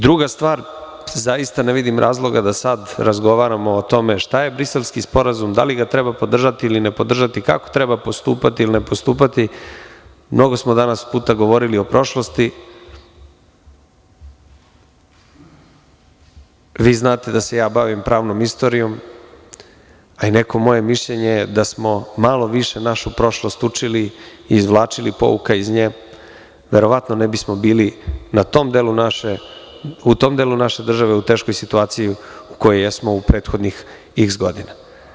Druga stvar, zaista ne vidim razloga da sada razgovaramo o tome šta je Briselski sporazum da li ga treba podržati ili ne podržati, kako treba postupati ili ne postupati, jer mnogo puta smo danas govorili o prošlosti, a vi znate da se ja bavim pravnom istorijom, a i neko moje mišljenje je da smo malo više našu prošlost učili i izvlačili pouka iz nje, verovatno ne bismo bili u tom delu naše države, u teškoj situaciji u kojoj jesmo u prethodnih iks godina.